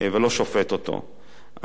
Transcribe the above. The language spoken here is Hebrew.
ולא שופט אותו,